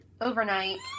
overnight